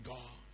God